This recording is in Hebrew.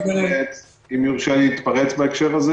אם יורשה לי להתפרץ בהקשר הזה